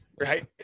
right